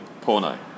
porno